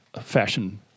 fashion